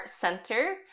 center